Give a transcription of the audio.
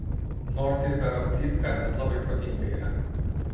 nors ir peroksidka bet labai protinga yra